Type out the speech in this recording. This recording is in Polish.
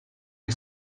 jej